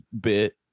bit